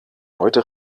heute